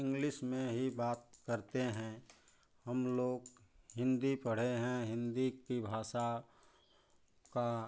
English में ही बात करते हैं हमलोग हिन्दी पढ़े हैं हिन्दी की भाषा का